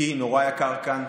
כי נורא יקר כאן,